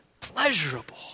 pleasurable